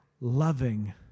loving